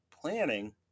planning